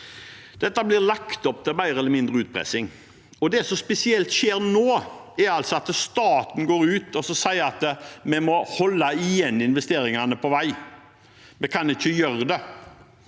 Det blir lagt opp til mer eller mindre utpressing. Det som skjer spesielt nå, er at staten går ut og sier at vi må holde igjen investeringene på vei, vi kan ikke gjøre det,